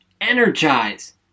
Energize